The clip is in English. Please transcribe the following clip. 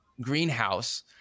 greenhouse